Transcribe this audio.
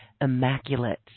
immaculate